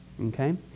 okay